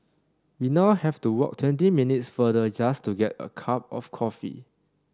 we now have to walk twenty minutes farther just to get a cup of coffee